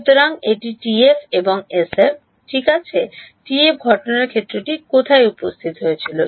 সুতরাং এটি টিএফ এবং এসএফ ঠিক আছে টিএফ ঘটনাটির ক্ষেত্রটি কোথায় উপস্থিত হয়েছিল